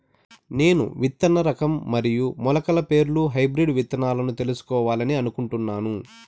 నేను విత్తన రకం మరియు మొలకల పేర్లు హైబ్రిడ్ విత్తనాలను తెలుసుకోవాలని అనుకుంటున్నాను?